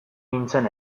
nintzen